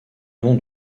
nom